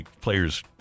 players